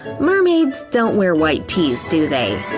mermaids don't wear white tees, do they?